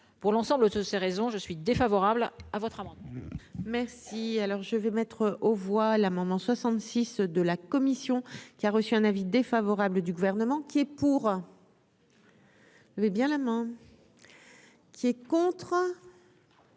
pour l'ensemble de ces raisons je suis défavorable à votre avis. Merci, alors je vais mettre. Aux voix l'amendement 66 de la commission qui a reçu un avis défavorable du gouvernement qui est pour. Bien la qui est contrat